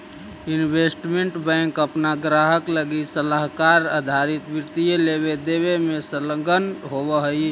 investment bank अपना ग्राहक लगी सलाहकार आधारित वित्तीय लेवे देवे में संलग्न होवऽ हई